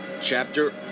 Chapter